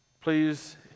please